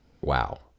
wow